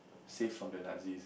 safe from the Nazis